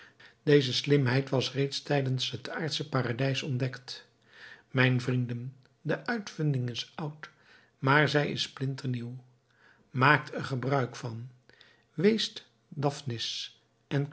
deze slimheid was reeds tijdens het aardsche paradijs ontdekt mijn vrienden de uitvinding is oud maar zij is splinternieuw maakt er gebruik van weest daphnis en